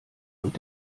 und